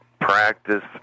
practice